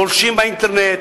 גולשים באינטרנט,